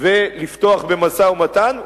ולפתוח במשא-ומתן.